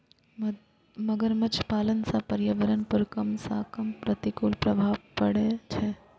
मगरमच्छ पालन सं पर्यावरण पर कम सं कम प्रतिकूल प्रभाव पड़ै छै